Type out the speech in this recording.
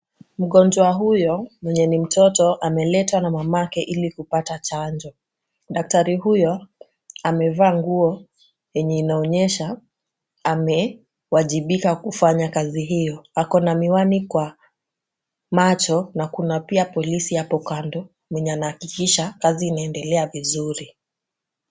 Mgonjwa huyo mwenye ni mtoto ameletwa na mamake ili kupata chanjo. Daktari huyo amevaa nguo yenye inaonyesha amewajibika kufanya kazi hiyo. Ako na miwani kwa macho na kuna pia polisi hapo kando mwenye anahakikisha kazi inaendelea vizuri.